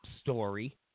story